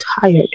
tired